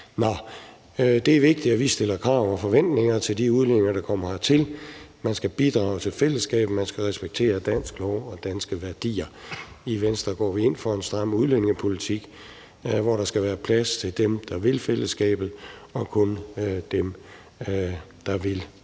Det er vigtigt, at vi stiller krav og forventninger til de udlændinge, der kommer hertil. Man skal bidrage til fællesskabet, og man skal respektere dansk lov og danske værdier. I Venstre går vi ind for en stram udlændingepolitik, hvor der skal være plads til dem, der vil fællesskabet – og kun dem, der vil